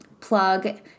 Plug